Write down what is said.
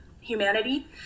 humanity